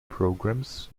programs